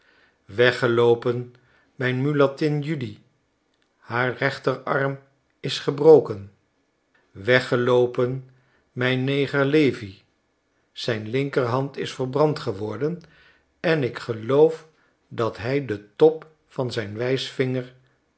weggeloopen mijn mulattin judy haar rechterarm is gebroken weggeloopen f mijn t neger levi zijn linkerhand is verbrand geworden en ik geloof dat hi m top vanzijn